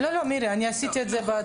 מירי, אני בעצמי עשיתי את זה.